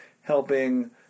helping